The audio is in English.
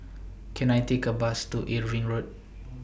Can I Take A Bus to Irving Road